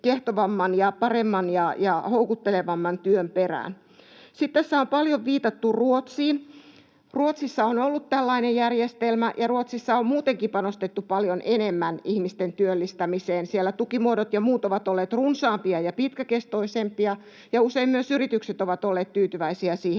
kiehtovamman ja paremman ja houkuttelevamman työn perään. Sitten tässä on paljon viitattu Ruotsiin. Ruotsissa on ollut tällainen järjestelmä, ja Ruotsissa on muutenkin panostettu paljon enemmän ihmisten työllistämiseen. Siellä tukimuodot ja muut ovat olleet runsaampia ja pitkäkestoisempia, ja usein myös yritykset ovat olleet tyytyväisiä siihen,